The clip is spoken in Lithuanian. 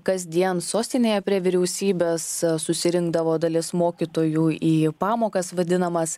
kasdien sostinėje prie vyriausybės susirinkdavo dalis mokytojų į pamokas vadinamas